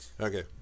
Okay